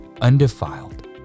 undefiled